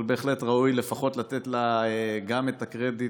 אבל בהחלט ראוי לפחות לתת לה גם את הקרדיט,